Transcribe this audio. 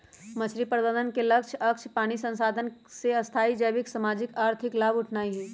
मछरी प्रबंधन के लक्ष्य अक्षय पानी संसाधन से स्थाई जैविक, सामाजिक, आर्थिक लाभ उठेनाइ हइ